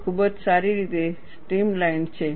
તે ખૂબ જ સારી રીતે સ્ટ્રીમ લાઇન્ડ છે